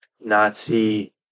Nazi